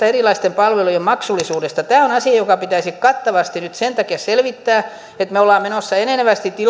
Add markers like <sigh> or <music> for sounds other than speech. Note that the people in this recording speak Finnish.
<unintelligible> erilaisten palvelujen maksullisuudesta tämä on asia joka pitäisi kattavasti nyt sen takia selvittää että me olemme menossa enenevästi